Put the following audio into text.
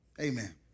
Amen